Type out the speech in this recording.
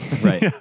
right